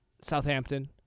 Southampton